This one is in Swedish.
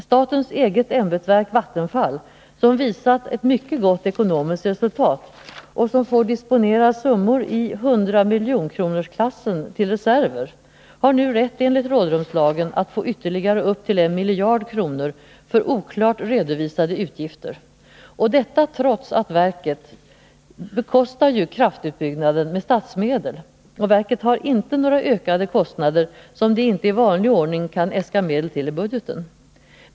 Statens eget ämbetsverk Vattenfall, som visat ett mycket gott ekonomiskt resultat och som får diponera summor i hundramiljonklassen till reserver har nu rätt enligt rådrumslagen att få ytterligare upp till 1 miljard kronor för oklart redovisade utgifter — detta trots att verket bekostar kraftutbyggnaden med statsmedel och inte har några ökade kostnader som det inte i vanlig ordning kan äska medel till i budgeten.